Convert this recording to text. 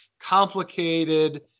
complicated